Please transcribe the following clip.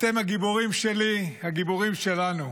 אתם הגיבורים שלי, הגיבורים שלנו.